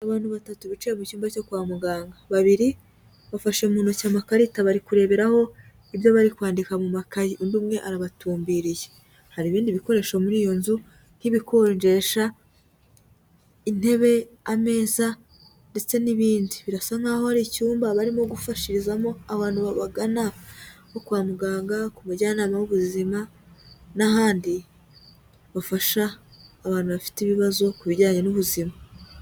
Abantu batatu bicayewe mu cyumba cyo kwa muganga. Babiri bafashe mu ntoki amakarita bari kureberaho ibyo bari kwandika mu makayi, undi umwe arabatumbiriye. Hari ibindi bikoresho muri iyo nzu nk'ibikonjesha, intebe, ameza ndetse n'ibindi .Birasa nk'aho hari icyumba barimo gufashirizamo abantu babagana bo kwa muganga, ku mujyanama w'ubuzima n'ahandi bafasha abantu bafite ibibazo ku bijyanye n'ubuzima.